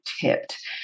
tipped